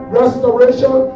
restoration